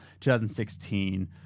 2016